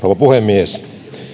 puhemies